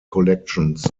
collections